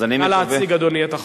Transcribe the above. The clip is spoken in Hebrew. נא להציג, אדוני, את החוק.